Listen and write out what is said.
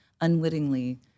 unwittingly